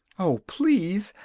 oh, please!